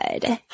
good